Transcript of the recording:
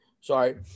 sorry